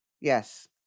yes